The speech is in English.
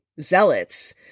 zealots